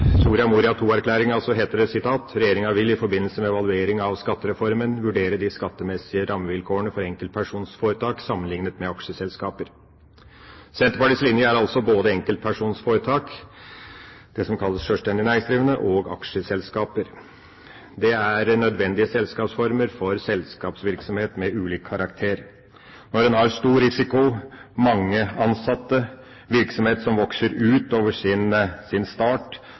Soria Moria II-erklæringen heter det at regjeringen vil «i forbindelse med evalueringen av skattereformen vurdere de skattemessige rammevilkårene for enkeltpersonsforetak sammenliknet med aksjeselskap». Senterpartiets linje er altså både enkeltpersonforetak – det som kalles sjølstendig næringsdrivende – og aksjeselskaper. Det er nødvendige selskapsformer for selskapsvirksomhet av ulik karakter. Når en har stor risiko, mange ansatte og en virksomhet som vokser utover sin start,